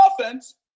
offense